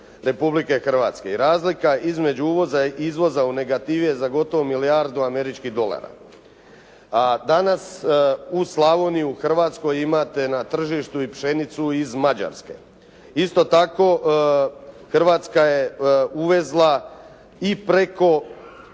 Republike Hrvatske. Razlika između uvoza i izvoza u negativi je za gotovo milijardu američkih dolara. A danas u Slavoniji i u Hrvatskoj imate na tržištu i pšenicu iz Mađarske. Isto tako Hrvatska je uvezla i preko